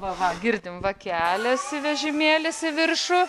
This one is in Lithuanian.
va va girdim va keliasi vežimėlis į viršų